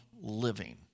living